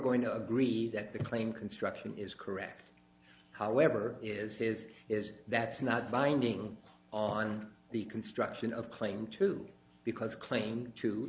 going to agree that the claim construction is correct however is this is that's not binding on the construction of claim to because claimed to